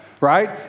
right